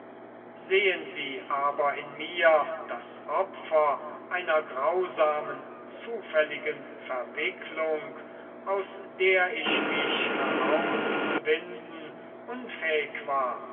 sehen sie aber in mir das opfer einer grausamen zufälligen verwicklung aus der ich mich herauszuwinden unfähig war